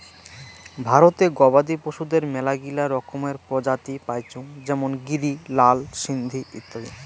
ভারতে গবাদি পশুদের মেলাগিলা রকমের প্রজাতি পাইচুঙ যেমন গিরি, লাল সিন্ধি ইত্যাদি